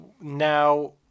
now